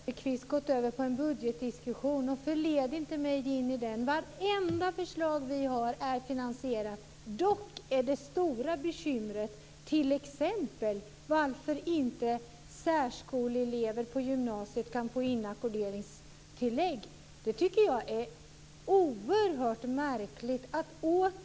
Fru talman! Nu har Söderqvist gått över på en budgetdiskussion. Förled inte mig in i den! Vartenda förslag som vi har är finansierat. Dock är det stora bekymret t.ex. varför inte särskoleelever på gymnasiet kan få inackorderingstillägg. Det tycker jag är oerhört märkligt.